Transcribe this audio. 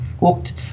walked